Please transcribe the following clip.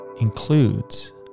includes